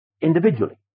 Individually